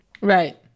Right